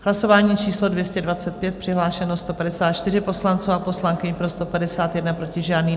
Hlasování číslo 225, přihlášeno 154 poslanců a poslankyň, pro 151, proti žádný.